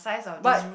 but